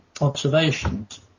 observations